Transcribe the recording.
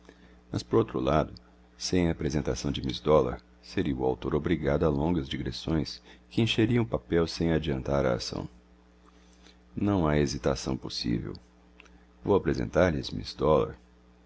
mas por outro lado sem a apresentação de miss dollar seria o autor obrigado a longas digressões que encheriam o papel sem adiantar a ação não há hesitação possível vou apresentar lhes miss